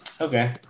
Okay